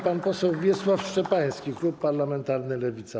Pan poseł Wiesław Szczepański, klub parlamentarny Lewicy.